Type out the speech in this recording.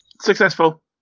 Successful